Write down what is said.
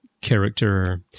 character